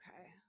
Okay